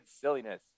silliness